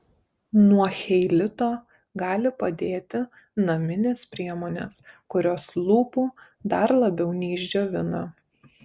nuo cheilito gali padėti naminės priemonės kurios lūpų dar labiau neišdžiovina